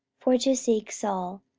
for to seek saul